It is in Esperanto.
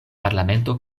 parlamento